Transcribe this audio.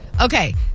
Okay